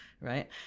right